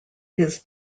his